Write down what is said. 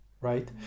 right